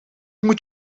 moet